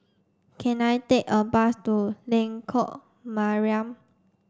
can I take a bus to Lengkok Mariam